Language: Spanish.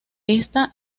esta